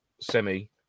semi